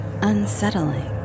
unsettling